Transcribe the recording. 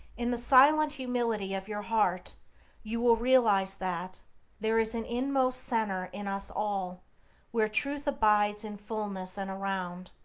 in the silent humility of your heart you will realize that there is an inmost centre in us all where truth abides in fulness and around,